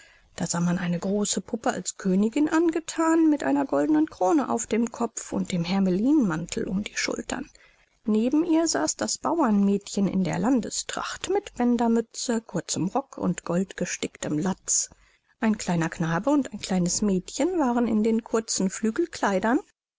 da sah man eine große puppe als königin angethan mit einer goldenen krone auf dem kopf und dem hermelinmantel um die schultern neben ihr saß das bauermädchen in der landestracht mit bändermütze kurzem rock und goldgesticktem latz ein kleiner knabe und ein kleines mädchen waren in den kurzen